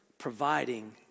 providing